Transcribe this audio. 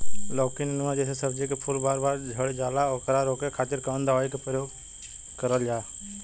लौकी नेनुआ जैसे सब्जी के फूल बार बार झड़जाला ओकरा रोके खातीर कवन दवाई के प्रयोग करल जा?